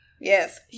Yes